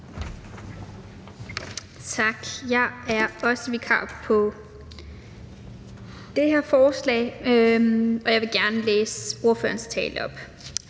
Tak. Jeg er også vikar på det her forslag, og jeg vil gerne læse ordførerens tale op: